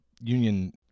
union